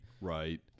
Right